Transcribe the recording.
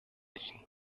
ihnen